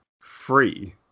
free